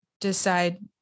decide